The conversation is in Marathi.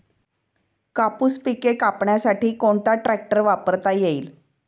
कापूस पिके कापण्यासाठी कोणता ट्रॅक्टर वापरता येईल?